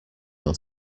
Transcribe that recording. how